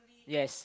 yes